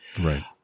Right